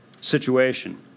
situation